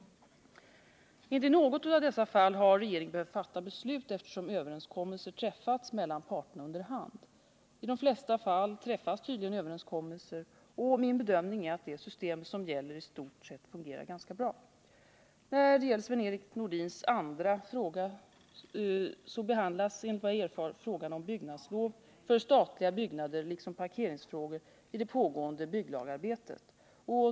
Inte i något av dessa ärenden har regeringen behövt fatta beslut, eftersom överenskommelser träffats mellan parterna under hand. I de flesta fall träffas tydligen överenskommelser, och min bedömning är att det system som gäller i stort sett fungerar bra. När det gäller Sven-Erik Nordins andra fråga så behandlas, enligt vad jag har erfarit, frågan om byggnadslov för statliga byggnader liksom parkeringsfrågor i det pågående bygglagarbetet.